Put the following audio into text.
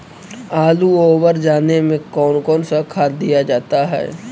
आलू ओवर जाने में कौन कौन सा खाद दिया जाता है?